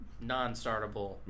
non-startable